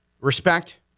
respect